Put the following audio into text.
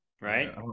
right